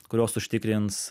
kurios užtikrins